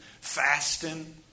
fasting